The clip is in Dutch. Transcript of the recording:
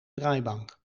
draaibank